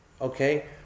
Okay